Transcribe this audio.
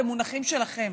במונחים שלכם,